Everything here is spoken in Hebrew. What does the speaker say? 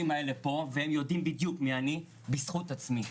האלה פה והם יודעים מי אני בזכות עצמי,